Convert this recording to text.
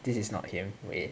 this is not here wait